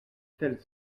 telles